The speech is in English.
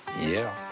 yeah.